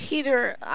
Peter